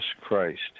Christ